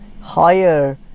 higher